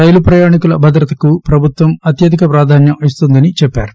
రైలు ప్రయాణికుల భద్రతకు ప్రభుత్వం అత్యధిక ప్రాధాన్యం ఇస్తుందని చెప్పారు